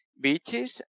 beaches